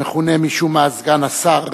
המכונה משום מה סגן השר,